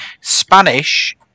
Spanish